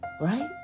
Right